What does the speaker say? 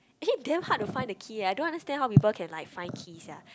actually damn hard to find the key eh I don't understand how people can like find key sia